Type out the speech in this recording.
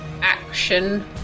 action